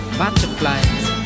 butterflies